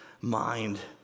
mind